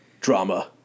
drama